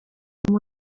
uyu